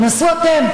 תנסו אתם.